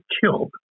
killed